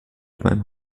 beim